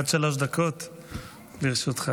עד שלוש דקות לרשותך.